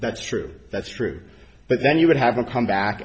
that's true that's true but then you would have a comeback